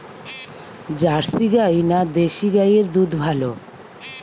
Jersey গাই না দেশী গাইয়ের দুধ ভালো?